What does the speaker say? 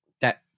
That-